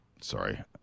Sorry